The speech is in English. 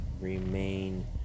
remain